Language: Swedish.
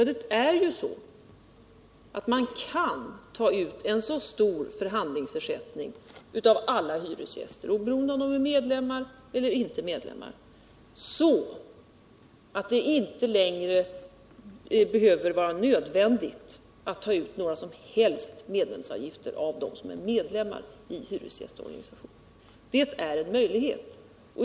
Det är ju så att man kan ta ut en så stor förhandlingsersättning av alla hyresgäster, oberoende av om de är medlemmar eller inte, att det inte längre behöver vara nödvändigt att ta ut någon som helst medlemsavgift av dem som är medlemmar i hyresgästorganisationen — det är en möjlighet.